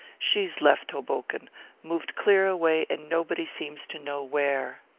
she's left hoboken moved clear away, and nobody seems to know where.